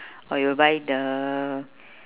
or you buy the